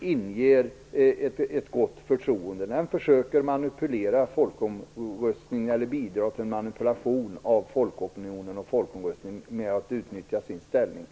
inger ett gott förtroende. Den försöker manipulera folkomröstningen eller bidra till en manipulation av folkopinionen och folkomröstningen genom att utnyttja sin ställning.